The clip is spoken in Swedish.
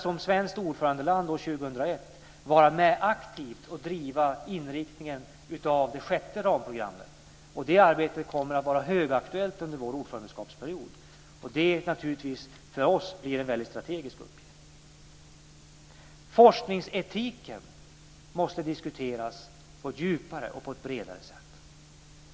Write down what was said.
Som svenskt ordförandeland år 2001 kommer vi att vara med aktivt och driva inriktningen av det sjätte ramprogrammet, och det arbetet kommer att vara högaktuellt under vår ordförandeskapsperiod. Detta blir för oss en väldigt strategisk uppgift. Forskningsetiken måste diskuteras på ett djupare och bredare sätt.